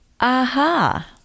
Aha